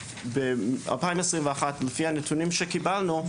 שלפי הנתונים שקיבלנו,